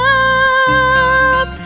up